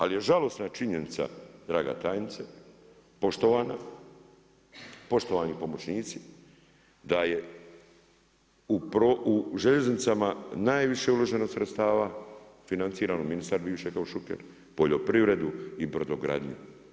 Ali je žalosna činjenica draga tajnice, poštovana, poštovani pomoćnici da je u željeznicama najviše uloženo sredstava, financirano, ministar bivši rekao Šuker, poljoprivredu i brodogradnju.